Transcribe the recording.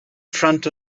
front